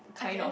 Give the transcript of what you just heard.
kind of